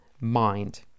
mind